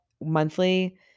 monthly